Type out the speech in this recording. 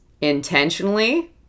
intentionally